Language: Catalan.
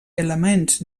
elements